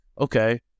okay